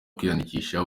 kwiyandikisha